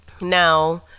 Now